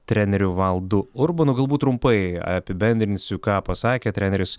treneriu valdu urbonu galbūt trumpai apibendrinsiu ką pasakė treneris